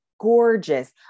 gorgeous